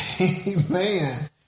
Amen